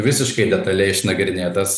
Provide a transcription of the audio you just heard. visiškai detaliai išnagrinėtas